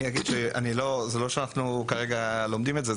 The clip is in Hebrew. אני אגיד שלא שאנחנו כרגע לומדים את זה,